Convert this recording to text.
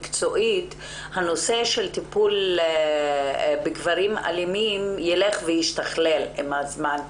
נושא הטיפול בגברים אלימים ילך וישתכלל עם הזמן.